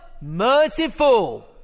merciful